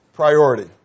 Priority